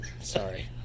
Sorry